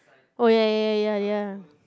oh ya ya ya ya ya